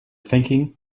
thinking